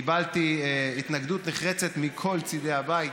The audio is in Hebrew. קיבלתי התנגדות נחרצת מכל צידי הבית,